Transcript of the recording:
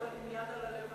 אבל עם יד על הלב,